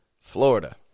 Florida